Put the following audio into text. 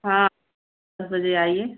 हाँ दस बजे आइए